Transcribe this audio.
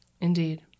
Indeed